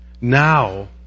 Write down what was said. Now